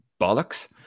bollocks